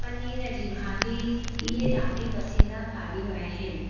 पनीर जी भाॼी इहे ॾाढी पसंदीदा भाॼियूं आहिनि